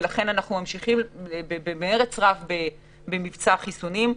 לכן אנחנו ממשיכים במרץ רב במבצע החיסונים.